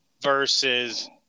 versus